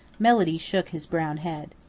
melody shook his brown head.